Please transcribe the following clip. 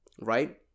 right